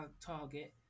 Target